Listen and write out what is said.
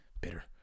bitter